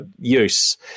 use